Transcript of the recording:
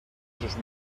sus